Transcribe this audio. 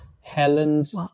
Helen's